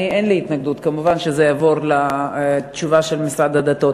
אין לי התנגדות כמובן שזה יעבור לתשובה של משרד הדתות,